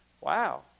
wow